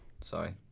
Sorry